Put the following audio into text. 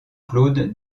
claude